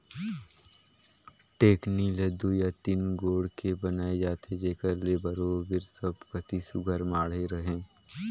टेकनी ल दुई या तीन गोड़ के बनाए जाथे जेकर ले बरोबेर सब कती सुग्घर माढ़े रहें